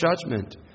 judgment